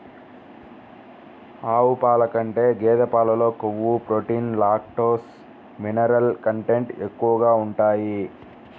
ఆవు పాల కంటే గేదె పాలలో కొవ్వు, ప్రోటీన్, లాక్టోస్, మినరల్ కంటెంట్ ఎక్కువగా ఉంటాయి